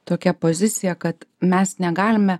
tokią poziciją kad mes negalime